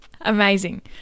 amazing